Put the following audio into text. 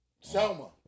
Selma